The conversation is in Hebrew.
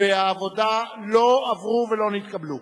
והעבודה לא עברה ולא נתקבלה.